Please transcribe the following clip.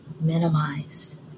minimized